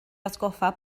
atgoffa